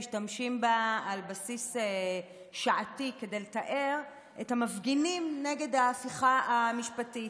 משתמשים בה על בסיס שעתי כדי לתאר את המפגינים נגד ההפיכה המשפטית.